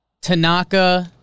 Tanaka